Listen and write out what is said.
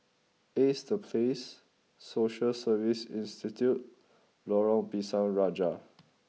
Ace The Place Social Service Institute Lorong Pisang Raja